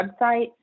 website